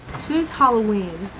today's halloween.